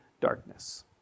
darkness